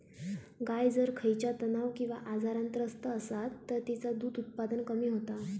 गाय जर खयच्या तणाव किंवा आजारान त्रस्त असात तर तिचा दुध उत्पादन कमी होता